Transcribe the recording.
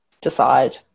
decide